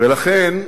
ולכן,